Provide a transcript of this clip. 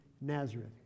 Nazareth